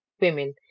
women